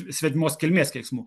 svetimos kilmės keiksmų